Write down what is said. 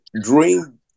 dream